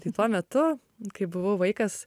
tai tuo metu kai buvau vaikas